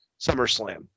SummerSlam